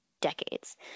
decades